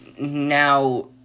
Now